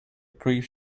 grief